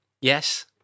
yes